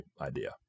idea